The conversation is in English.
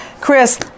Chris